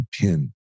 pin